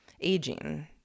aging